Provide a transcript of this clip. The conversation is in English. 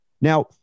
Now